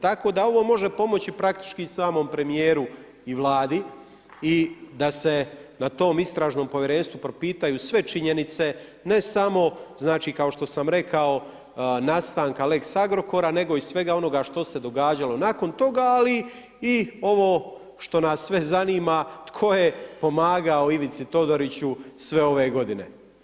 Tako da ovo može pomoći praktički samom premijeru i Vladi i da se na tom istražnom povjerenstvu propitaju sve činjenice, ne samo znači kao što sam rekao nastanka lex Agrokora, nego i svega onoga što se događalo nakon toga, ali i ovo što nas sve zanima, tko je pomagao Ivici Todoriću sve ove godine?